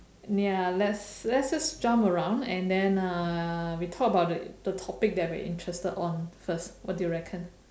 ya let's let's just jump around and then uh we talk about the the topic that we are interested on first what do you reckon